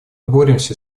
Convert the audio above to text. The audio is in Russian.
боремся